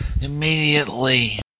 immediately